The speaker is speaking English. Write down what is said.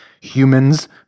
Humans